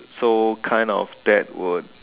so kind of that would